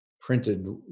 printed